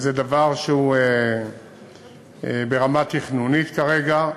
זה דבר שהוא ברמה תכנונית כרגע.